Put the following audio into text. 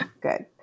Good